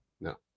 No